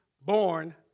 born